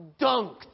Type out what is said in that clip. dunked